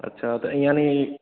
अच्छा तो यानी